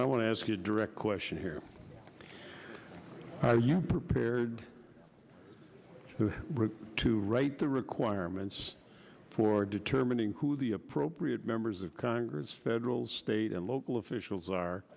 solomon i want to ask you a direct question here are you prepared to write the requirements for determining who the appropriate members of congress that rules state and local officials are